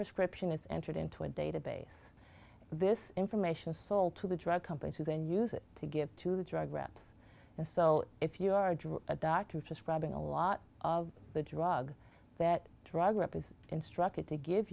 prescription is entered into a database this information sold to the drug companies who then use it to give to the drug reps and so if you are draw a doctor to prescribe in a lot of the drug that drug rep is instructed to give